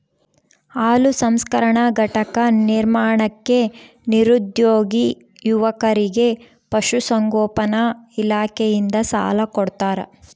ಹಾಲು ಸಂಸ್ಕರಣಾ ಘಟಕ ನಿರ್ಮಾಣಕ್ಕೆ ನಿರುದ್ಯೋಗಿ ಯುವಕರಿಗೆ ಪಶುಸಂಗೋಪನಾ ಇಲಾಖೆಯಿಂದ ಸಾಲ ಕೊಡ್ತಾರ